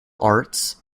arts